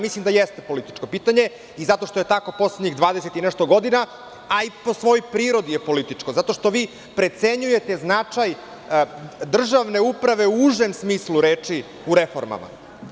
Mislim da jeste političko pitanje i zato što je tako poslednjih dvadeset i nešto godina, a i po svojoj prirodi je političko, zato što vi precenjuje značaj državne uprave u užem smislu reči u reformama.